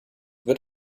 wird